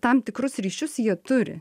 tam tikrus ryšius jie turi